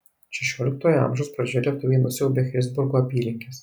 šešioliktojo amžiaus pradžioje lietuviai nusiaubė christburgo apylinkes